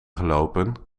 gelopen